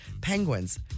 Penguins